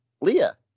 Leah